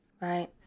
Right